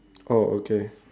oh okay